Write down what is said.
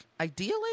ideally